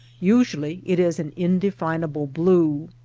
usually it is an inde finable blue.